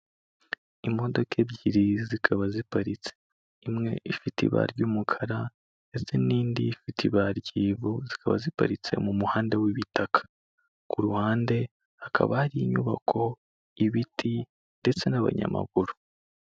Imodoka ebyiri zikaba ziparitse, imwe ifite ibara ry'umukara ndetse n'indi ifite ibara ry'ivu zikaba ziparitse mu muhanda w'ibitaka. Ku ruhande hakaba hari inyubako, ibiti ndetse n'abanyamaguru.